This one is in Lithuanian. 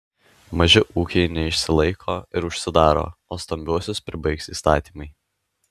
maži ūkiai neišsilaiko ir užsidaro o stambiuosius pribaigs įstatymai